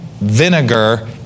vinegar